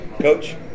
Coach